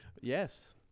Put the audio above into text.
Yes